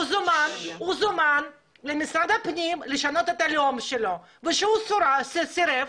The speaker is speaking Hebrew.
הוא זומן למשרד הפנים לשנות את הלאום שלו וכשהוא סירב,